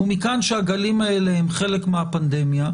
ומכאן שהגלים האלה הם חלק מהפנדמיה.